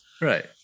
Right